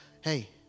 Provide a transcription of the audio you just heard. Hey